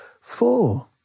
Four